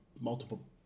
multiple